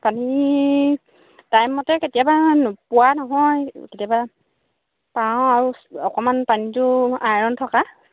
পানী টাইমমতে কেতিয়াবা পোৱা নহয় কেতিয়াবা পাওঁ আৰু অকণমান পানীটো আইৰণ থকা